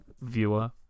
Viewer